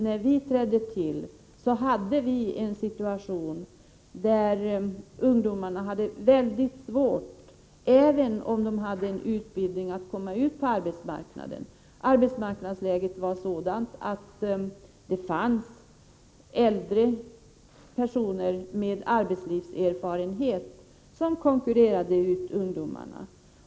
När vi trädde till hade ungdomarna det mycket svårt att komma ut på arbetsmarknaden — även om de hade utbildning. Arbetsmarknadsläget var sådant att det fanns äldre personer med arbetslivserfarenhet som konkurrerade ut ungdomarna.